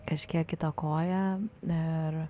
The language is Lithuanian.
kažkiek įtakoja ir